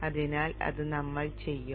അതിനാൽ അത് നമ്മൾ ചെയ്യും